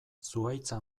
zuhaitza